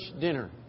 dinner